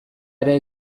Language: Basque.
ere